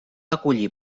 acollir